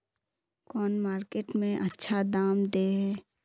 कौन मार्केट में अच्छा दाम दे है?